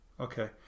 Okay